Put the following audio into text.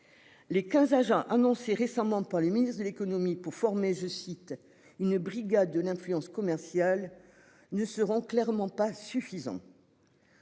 Les 15 agents annoncée récemment par le ministre de l'économie pour former, je cite, une brigade de l'influence commerciale. Ne seront clairement pas suffisant.